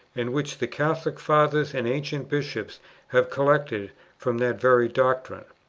and which the catholic fathers and ancient bishops have collected from that very doctrine.